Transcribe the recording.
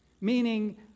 meaning